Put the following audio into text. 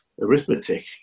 arithmetic